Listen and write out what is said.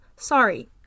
Sorry